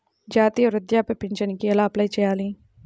జాతీయ వృద్ధాప్య పింఛనుకి ఎలా అప్లై చేయాలి?